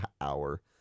hour